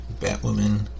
Batwoman